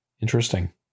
Interesting